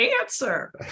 answer